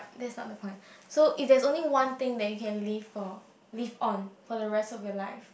that's not the point so if there is only one thing that you can live for live on for the rest of your life